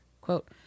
Quote